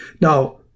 Now